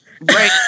Right